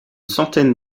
centaine